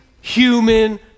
human